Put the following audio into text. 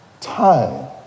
time